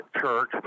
church